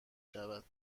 شود